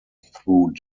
through